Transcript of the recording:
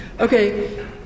Okay